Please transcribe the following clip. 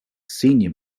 senior